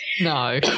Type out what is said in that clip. No